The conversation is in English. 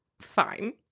Fine